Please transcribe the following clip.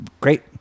great